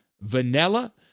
vanilla